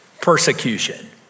persecution